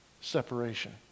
separation